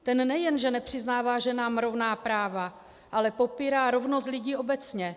Ten nejen že nepřiznává ženám rovná práva, ale popírá rovnost lidí obecně.